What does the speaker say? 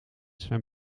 zijn